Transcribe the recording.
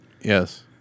Yes